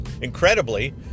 Incredibly